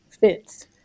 fits